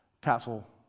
castle